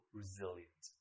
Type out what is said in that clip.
resilient